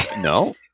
No